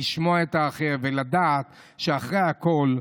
לשמוע את האחר ולדעת שאחרי הכול,